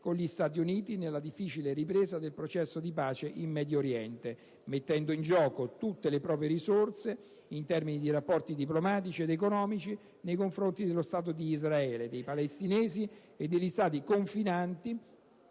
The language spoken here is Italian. con gli Stati Uniti nella difficile ripresa del processo di pace in Medio Oriente, mettendo in gioco tutte le proprie risorse, in termini di rapporti diplomatici ed economici, nei confronti dello Stato di Israele, dei palestinesi e degli Stati confinanti,